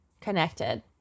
connected